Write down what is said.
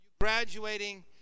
Graduating